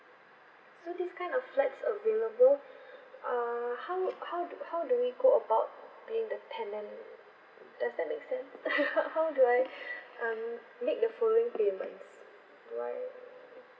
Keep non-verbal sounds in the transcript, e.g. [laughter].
so these kind of flats available uh how how do how do we go about paying the tenant does that make sense [laughs] how do I [breath] um make the following payments do I